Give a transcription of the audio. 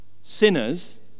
sinners